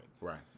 Right